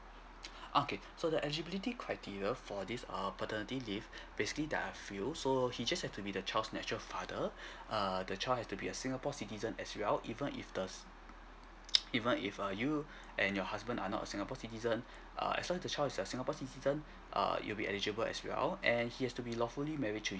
okay so the eligibility criteria for this err paternity leave basically there are few so he just has to be the child nature father err the child has to be a singapore citizen as well even if the even if err you and your husband are not a singapore citizen err as long as the child is a singapore citizen err he'll be eligible as well and he has to be lawfully marriage to